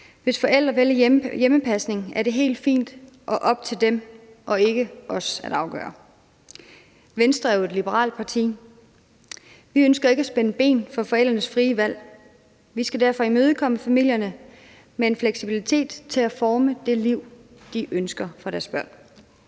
Hvis forældre vælger hjemmepasning, er det helt fint, og det er op til dem og ikke os at afgøre. Venstre er jo et liberalt parti. Vi ønsker ikke at spænde ben for forældrenes frie valg. Vi skal derfor imødekomme familierne med en fleksibilitet til at forme det liv, de ønsker for deres børn.